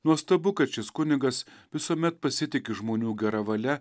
nuostabu kad šis kunigas visuomet pasitiki žmonių gera valia